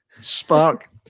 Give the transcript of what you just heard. Spark